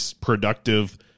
productive